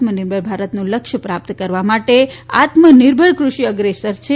આત્મનિર્ભર ભારતનું લક્ષ્ય પ્રાપ્ત કરવા માટે આત્મનિર્ભર કૃષિ અગ્રેસર છે